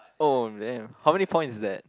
oh man how many points is that